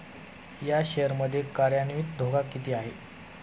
या शेअर मध्ये कार्यान्वित धोका किती आहे?